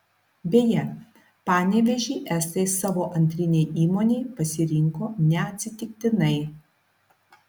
beje panevėžį estai savo antrinei įmonei pasirinko neatsitiktinai